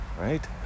right